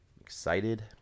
excited